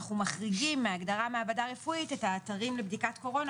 אנחנו מחריגים מההגדרה "מעבדה רפואית" את האתרים לבדיקת קורונה,